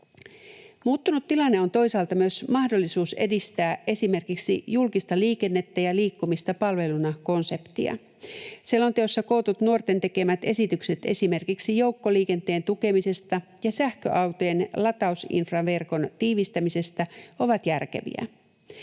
Muuttunut tilanne on toisaalta myös mahdollisuus edistää esimerkiksi julkista liikennettä ja liikkuminen palveluna ‑konseptia. Selonteossa kootut nuorten tekemät esitykset esimerkiksi joukkoliikenteen tukemisesta ja sähköautojen latausinfraverkon tiivistämisestä ovat järkeviä.